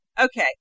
Okay